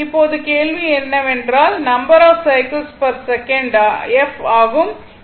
இப்போது கேள்வி என்னவென்றால் number of cycles per second f ஆகும்